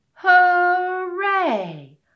Hooray